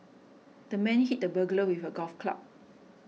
the man hit the burglar with a golf club